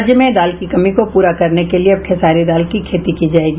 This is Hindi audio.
राज्य में दाल की कमी को पूरा करने के लिए अब खेसारी दाल की खेती की जायेगी